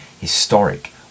historic